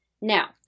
Now